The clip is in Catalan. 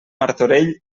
martorell